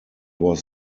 was